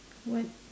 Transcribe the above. what